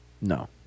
No